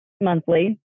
monthly